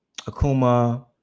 Akuma